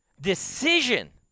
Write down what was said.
Decision